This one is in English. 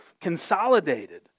consolidated